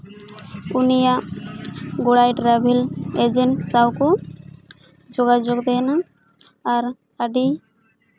ᱩᱱᱤᱭᱟᱜ ᱜᱚᱲᱟᱭ travel agent ᱥᱟᱶ ᱠᱚ ᱡᱳᱜᱟᱡᱳᱜᱽ ᱛᱟᱦᱮᱱᱟ ᱟᱨ ᱟᱹᱰᱤ